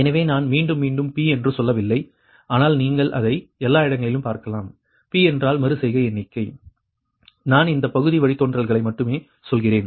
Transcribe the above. எனவே நான் மீண்டும் மீண்டும் p என்று சொல்லவில்லை ஆனால் நீங்கள் அதை எல்லா இடங்களிலும் பார்க்கலாம் p என்றால் மறு செய்கை எண்ணிக்கை நான் இந்த பகுதி வழித்தோன்றல்களை மட்டும் சொல்கிறேன்